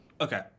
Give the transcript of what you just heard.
okay